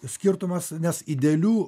skirtumas nes idealių